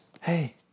hey